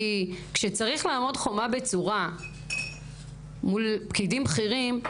כי כשצריך לעמוד חומה בצורה מול פקידים בכירים,